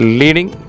leading